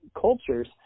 cultures